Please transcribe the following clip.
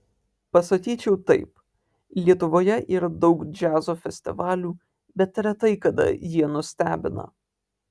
pasakyčiau taip lietuvoje yra daug džiazo festivalių bet retai kada jie nustebina